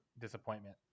disappointment